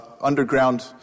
underground